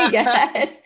yes